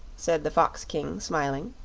said the fox-king, smiling.